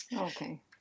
Okay